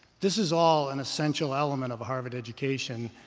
this is all an essential element of a harvard education.